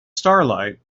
starlight